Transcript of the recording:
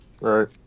Right